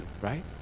right